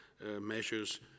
measures